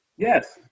Yes